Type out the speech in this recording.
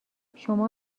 شما